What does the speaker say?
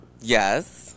Yes